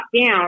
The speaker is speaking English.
down